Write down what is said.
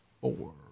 four